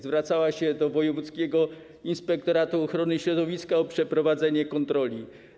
Zwracała się do wojewódzkiego inspektoratu ochrony środowiska o przeprowadzenie kontroli.